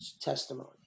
testimony